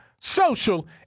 social